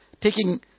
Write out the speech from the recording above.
Taking